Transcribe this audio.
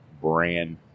brand